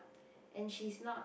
and she's not